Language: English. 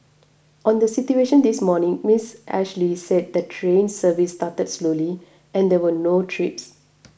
on the situation this morning Miss Ashley said the train service started slowly and there were no trips